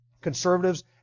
conservatives